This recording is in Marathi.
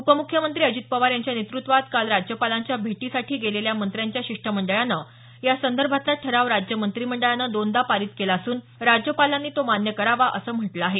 उपमुख्यमंत्री अजित पवार यांच्या नेतृत्वात काल राज्यपालांच्या भेटीसाठी गेलेल्या मंत्र्यांच्या शिष्टमंडळानं यासंदर्भातला ठराव राज्य मंत्रीमंडळानं दोनदा पारित केला असून राज्यपालांनी तो मान्य करावा असं म्हटलं आहे